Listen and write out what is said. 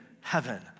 heaven